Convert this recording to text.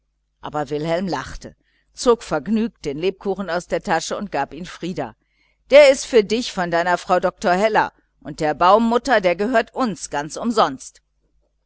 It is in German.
aber wilhelm lachte zog vergnügt den lebkuchen aus der tasche und gab ihn frieder der ist für dich von deiner frau dr heller und der baum mutter der gehört uns ganz umsonst